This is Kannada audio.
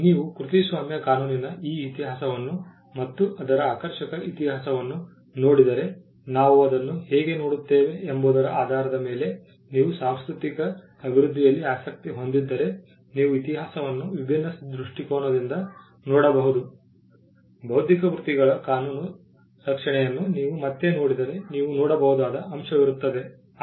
ನೀವು ಕೃತಿಸ್ವಾಮ್ಯ ಕಾನೂನಿನ ಈ ಇತಿಹಾಸವನ್ನು ಮತ್ತು ಅದರ ಆಕರ್ಷಕ ಇತಿಹಾಸವನ್ನು ನೋಡಿದರೆ ನಾವು ಅದನ್ನು ಹೇಗೆ ನೋಡುತ್ತೇವೆ ಎಂಬುದರ ಆಧಾರದ ಮೇಲೆ ನೀವು ಸಾಂಸ್ಕೃತಿಕ ಅಭಿವೃದ್ಧಿಯಲ್ಲಿ ಆಸಕ್ತಿ ಹೊಂದಿದ್ದರೆ ನೀವು ಇತಿಹಾಸವನ್ನು ವಿಭಿನ್ನ ದೃಷ್ಟಿಕೋನದಿಂದ ನೋಡಬಹುದು ಬೌದ್ಧಿಕ ಕೃತಿಗಳ ಕಾನೂನು ರಕ್ಷಣೆಯನ್ನು ನೀವು ಮತ್ತೆ ನೋಡಿದರೆ ನೀವು ನೋಡಬಹುದಾದ ಅಂಶವಿರುತ್ತದೆ